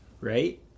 right